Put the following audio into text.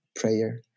prayer